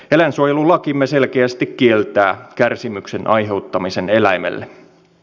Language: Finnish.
eläinsuojelulakimme selkeästi kieltää kärsimyksen aiheuttamisen eläimelle